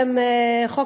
חוק